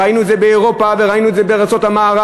ראינו את זה באירופה וראינו את זה בארצות המערב,